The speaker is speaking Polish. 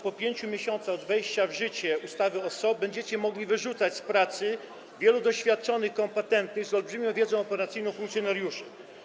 po 5 miesiącach od wejścia w życie ustawy o SOP będziecie mogli wyrzucać z pracy wielu doświadczonych, kompetentnych, z olbrzymią wiedzą operacyjną funkcjonariuszy.